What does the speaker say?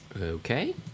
Okay